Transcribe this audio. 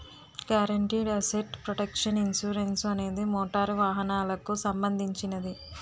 guaranteed asset protection insurance అనేది motor వాహనాలకు సంబంధించినది